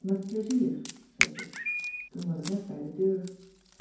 met plezier zei kit toen was ik net bij de deur